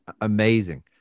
amazing